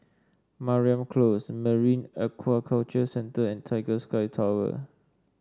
Mariam Close Marine Aquaculture Centre and Tiger Sky Tower